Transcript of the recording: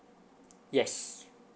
yes